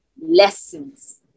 lessons